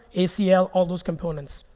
acl, all those components.